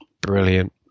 Brilliant